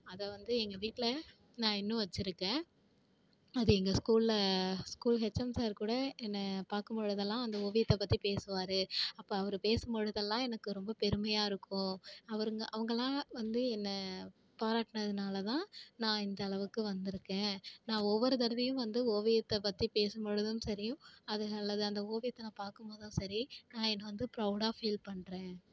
அதை வந்து எங்கள் வீட்டில் நான் இன்னும் வெச்சுருக்கேன் அது எங்கள் ஸ்கூலில் ஸ்கூல் ஹெச்எம் சார் கூட என்ன பார்க்கும் பொழுதெல்லாம் அந்த ஓவியத்தை பற்றிப் பேசுவாரு அப்போ அவர் பேசும் பொழுதெல்லாம் எனக்கு ரொம்ப பெருமையாக இருக்கும் அவருங்க அவங்கள்லாம் வந்து என்ன பாராட்டுனதுனால தான் நான் இந்தளவுக்கு வந்துயிருக்கேன் நான் ஒவ்வொரு தடவையும் வந்து ஓவியத்தை பற்றி பேசும் பொழுதும் சரி அது அல்லது அந்த ஓவியத்தை நான் பார்க்கும் போதும் சரி நான் என்ன வந்து ப்ரௌடாக ஃபீல் பண்ணுறேன்